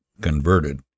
converted